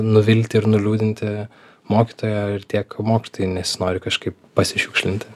nuvilti ir nuliūdinti mokytojo ir tiek mokytojui nesinori kažkaip pasišiukšlinti